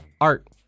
art